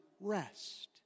rest